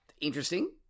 Interesting